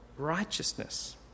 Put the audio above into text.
Righteousness